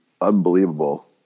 Unbelievable